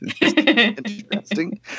Interesting